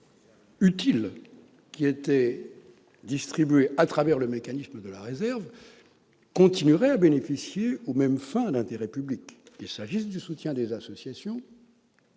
utilement distribués à travers le mécanisme de la réserve continueraient à bénéficier aux mêmes fins d'intérêt public, qu'il s'agisse du soutien aux associations,